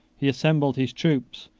he assembled his troops,